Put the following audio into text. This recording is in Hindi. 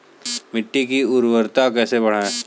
मिट्टी की उर्वरता कैसे बढ़ाएँ?